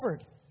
effort